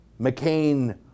McCain